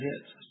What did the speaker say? hits